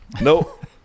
nope